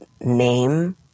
name